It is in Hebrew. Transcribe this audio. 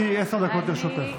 בבקשה, גברתי, עשר דקות לרשותך.